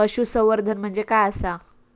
पशुसंवर्धन म्हणजे काय आसा?